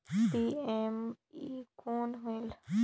PME कौन होयल?